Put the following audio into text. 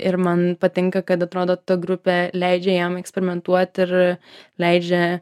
ir man patinka kad atrodo ta grupė leidžia jam eksperimentuot ir leidžia